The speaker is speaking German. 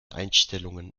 einstellungen